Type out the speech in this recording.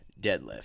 deadlift